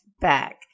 back